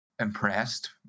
impressed